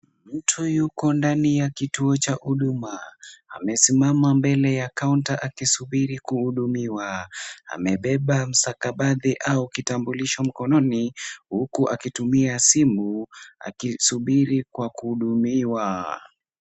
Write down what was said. Mtu yuko ndani ya kituo cha huduma, amesimama mbele ya kaunta akisubiri kuhudumiwa, amebeba mstakabadhi au kitambulisho mkononi huku akitumia simu, akisubiri kwa kuhudumiwa.